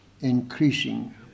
increasing